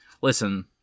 Listen